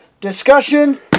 discussion